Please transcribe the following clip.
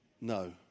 No